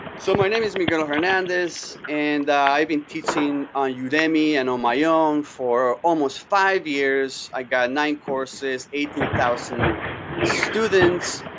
so my name is miguel hernandez, and i've been teaching on udemy and on my own for almost five years. i've got nine courses, eighteen thousand students.